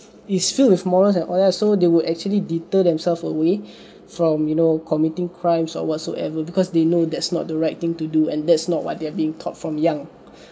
is filled with morals and all so they will actually deter themselves away from you know committing crimes or whatsoever because they know that's not the right thing to do and that's not what they're being taught from young